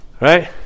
Right